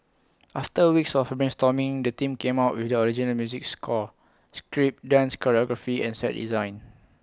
after weeks of brainstorming the team came up with the original music score script dance choreography and set design